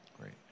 Great